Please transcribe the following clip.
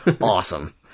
Awesome